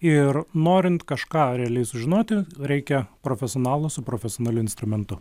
ir norint kažką realiai sužinoti reikia profesionalo su profesionaliu instrumentu